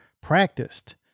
practiced